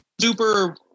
super